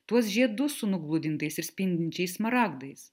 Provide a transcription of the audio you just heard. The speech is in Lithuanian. tuos žiedus su nugludintais ir spindinčiais smaragdais